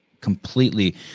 completely –